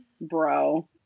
bro